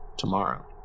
tomorrow